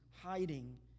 hiding